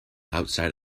outside